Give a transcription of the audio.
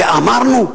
ואמרנו: